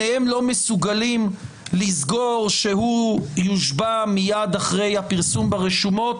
שניהם לא מסוגלים לסגור שהוא יושבע מייד אחרי הפרסום ברשומות.